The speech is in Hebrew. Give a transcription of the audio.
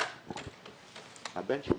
בבקשה